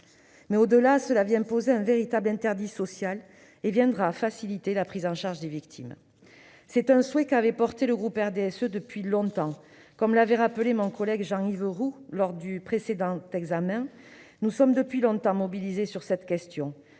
Au-delà, ce texte vient poser un véritable interdit social et permettra de faciliter la prise en charge des victimes. C'est un souhait qu'avait exprimé le groupe du RDSE depuis longtemps. Comme l'avait rappelé mon collègue Jean-Yves Roux lors de l'examen du texte, nous sommes depuis longtemps mobilisés sur cette question.